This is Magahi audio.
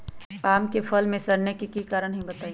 आम क फल म सरने कि कारण हई बताई?